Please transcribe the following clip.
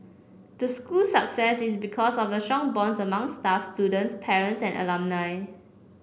the school's success is because of the strong bonds among staff students parents and alumni